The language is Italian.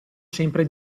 sempre